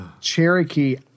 Cherokee